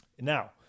Now